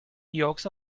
yolks